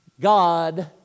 God